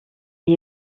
est